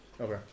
Okay